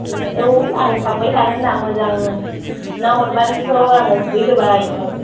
दे औ आं थांबाय थागोन ना मोजां सुना हरबानोथ' आङो सुवै होबाय थागोन